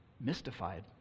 mystified